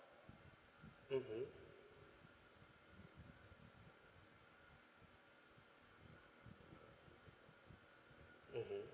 mmhmm mmhmm